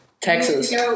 Texas